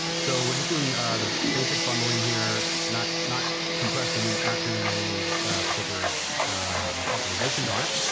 so, we're just doing the basic bundling here, not not compressing it, not doing any particular um optimisations on it.